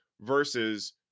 versus